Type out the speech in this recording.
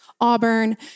Auburn